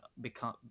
become